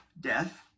death